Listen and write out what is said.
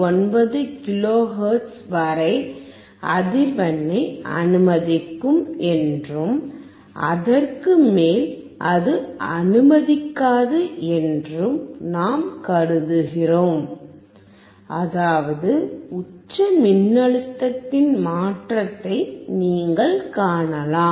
59 kilo hertz வரை அதிர்வெண்ணை அனுமதிக்கும் என்றும் அதற்கு மேல் அது அனுமதிக்காது என்றும் நாம் கருதுகிறோம் அதாவது உச்ச மின்னழுத்தத்தின் மாற்றத்தை நீங்கள் காணலாம்